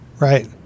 right